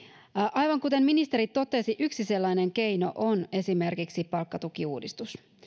aivan kuten ministeri totesi yksi sellainen keino on esimerkiksi palkkatukiuudistus